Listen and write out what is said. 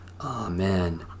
Amen